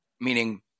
meaning